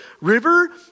river